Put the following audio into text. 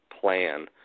plan